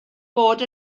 bod